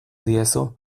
diezu